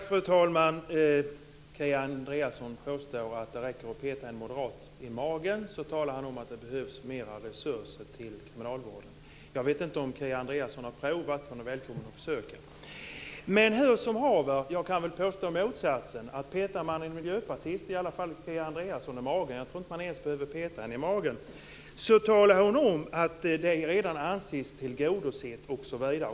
Fru talman! Kia Andreasson påstår att det räcker att peta en moderat i magen för att han ska tala om att det behövs mera resurser till kriminalvården. Jag vet inte om Kia Andreasson har provat detta. Hon är välkommen att försöka. Hur det än är med detta kan jag påstå att om man petar en miljöpartist i magen - jag tror när det gäller Kia Andreasson inte ens att man behöver göra det - så får man höra att det här redan är tillgodosett osv.